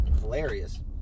hilarious